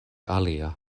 alia